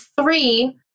three